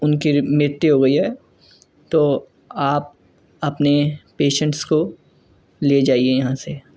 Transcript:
ان کی مرتیو ہو گئی ہے تو آپ اپنے پیشنٹس کو لے جائیے یہاں سے